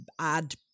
add